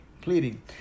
pleading